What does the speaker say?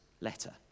letter